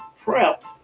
prep